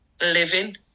living